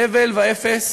זבל ואפס"